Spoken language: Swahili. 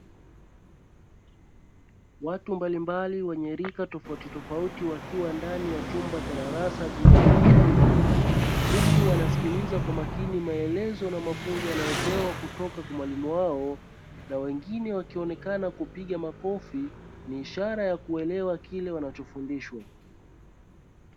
Watu mbalimbali wenye rika tofautitofauti wakiwa ndani ya chumba cha darasa chenye viti vingi. Huku wanasikiliza kwa makini maelezo na mafunzo wanayopewa kutoka kwa mwalimu wao na wengine wakionekana kupiga makofi ni ishara ya kuelewa kile wanachofundishwa.